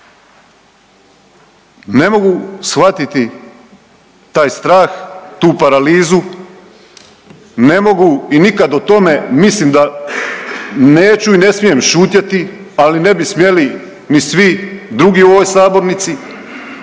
Ne mogu shvatiti taj strah, tu paralizu, ne mogu i nikad o tome mislim da neću i ne smijem šutjeti, ali ne bi smjeli ni svi drugi u ovoj sabornici